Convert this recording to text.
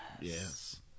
Yes